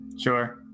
Sure